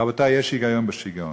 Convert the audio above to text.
רבותי, יש היגיון בשיגעון.